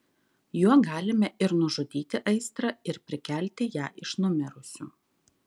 juo galime ir nužudyti aistrą ir prikelti ją iš numirusių